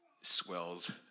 swells